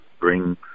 bring